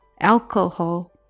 alcohol